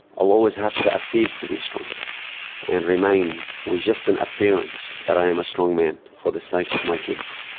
i'll always have to appear to be strong and remain with just an appearance that i am a strong man for the sake of my kids,